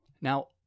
Now